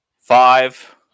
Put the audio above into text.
five